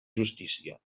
justícia